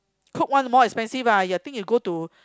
cook one more expensive ah I think you go to